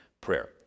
prayer